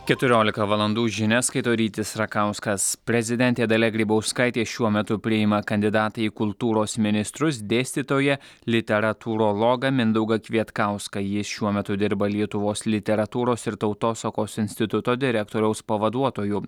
keturiolika valandų žinias skaito rytis rakauskas prezidentė dalia grybauskaitė šiuo metu priima kandidatą į kultūros ministrus dėstytoją literatūrologą mindaugą kvietkauską jis šiuo metu dirba lietuvos literatūros ir tautosakos instituto direktoriaus pavaduotoju